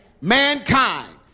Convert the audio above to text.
Mankind